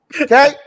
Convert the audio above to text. okay